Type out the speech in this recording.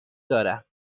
دارم